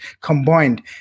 combined